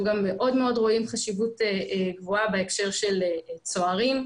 אנחנו גם רואים חשיבות גבוהה בהקשר של צוערים.